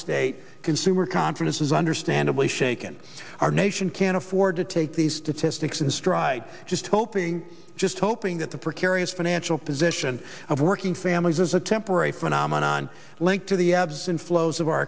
state consumer confidence is understandably shaken our nation can't afford to take these statistics in stride just hoping just hoping that the precarious financial position of working families is a temporary phenomenon linked to the ebbs and flows of our